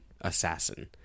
assassin